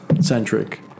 centric